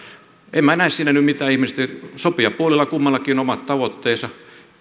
en minä näe siinä nyt mitään ihmeellistä sopijapuolilla kummallakin on omat tavoitteensa